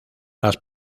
las